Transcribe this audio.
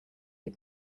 des